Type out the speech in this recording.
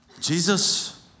Jesus